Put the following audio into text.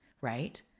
right